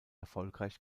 erfolgreich